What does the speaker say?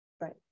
Right